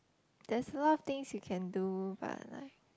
there's a lot of things you can do but like